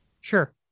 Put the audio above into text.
Sure